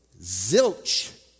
Zilch